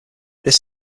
this